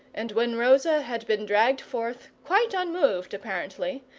and when rosa had been dragged forth, quite unmoved apparently,